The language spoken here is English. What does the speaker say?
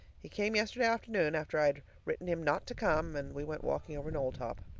he came yesterday afternoon, after i'd written him not to come, and we went walking over knowltop.